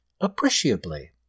appreciably